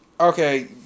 okay